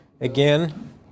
Again